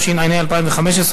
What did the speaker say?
התשע"ה 2015,